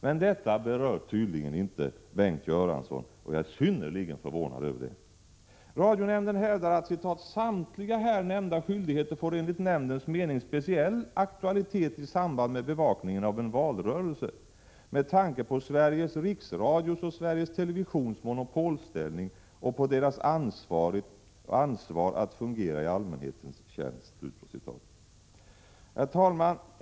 Men detta berör tydligen inte Bengt Göransson, och jag är synnerligen förvånad över det. Radionämnden hävdar att ”samtliga här nämnda skyldigheter får enligt nämndens mening speciell aktualitet i samband med bevakningen av en valrörelse, med tanke på Sveriges Riksradios och Sveriges Televisions monopolställning och på deras ansvar att fungera i allmänhetens tjänst”. Herr talman!